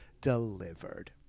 delivered